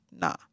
nah